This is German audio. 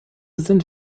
sind